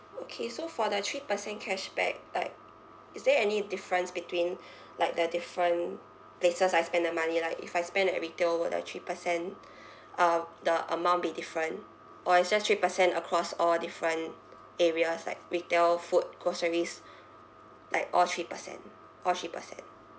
okay so for the three percent cashback like is there any difference between like the different places I spend the money like if I spend at retail will the three percent um the amount be different or it's just three percent across all different areas like retail food groceries like all three percent all three percent